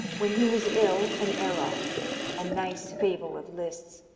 when he was ill an erard a nice fable of liszt's!